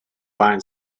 line